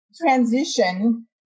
transition